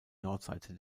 nordseite